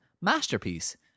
Masterpiece